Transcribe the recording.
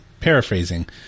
paraphrasing